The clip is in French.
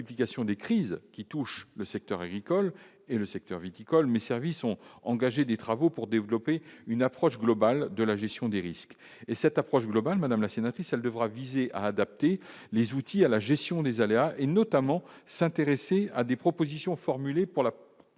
des crises qui touchent le secteur agricole et le secteur viticole mes services ont engagé des travaux pour développer une approche globale de la gestion des risques et cette approche globale, madame la sénatrice, elle devra viser à adapter les outils à la gestion des aléas et notamment s'intéresser à des propositions formulées pour la